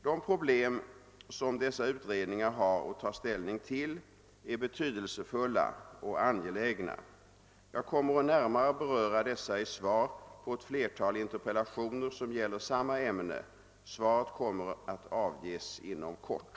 De problem som dessa utredningar har att ta ställning till är betydelsefulla och angelägna. Jag kommer att närmare beröra dessa i svar på ett flertal interpellationer, som gäller samma ämne. Svaret kommer att avges inom kort.